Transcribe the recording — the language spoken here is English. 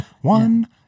One